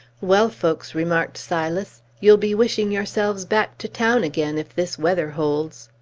well, folks, remarked silas, you'll be wishing yourselves back to town again, if this weather holds.